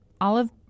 olive